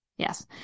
Yes